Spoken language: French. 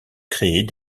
créer